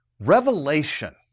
Revelation